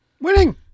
Winning